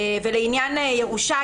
לעניין הירושה,